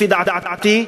לפי דעתי,